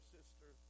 sister